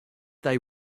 they